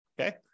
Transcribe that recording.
okay